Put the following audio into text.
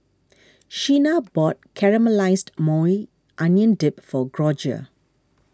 Shenna bought Caramelized Maui Onion Dip for Gregoria